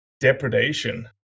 depredation